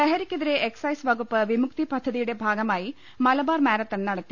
ലഹരിക്കെതിരെ എക്സൈസ് വകുപ്പ് വിമുക്തി പദ്ധതിയുടെ ഭാഗമായി മലബാർ മാരത്തൺ നടത്തി